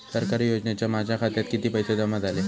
सरकारी योजनेचे माझ्या खात्यात किती पैसे जमा झाले?